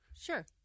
Sure